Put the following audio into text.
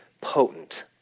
potent